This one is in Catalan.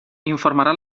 informarà